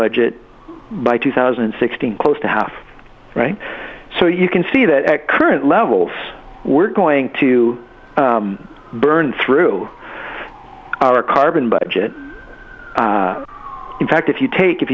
budget by two thousand and sixteen close to half right so you can see that at current levels we're going to burn through our carbon budget in fact if you take if